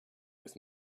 with